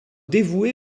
dévouée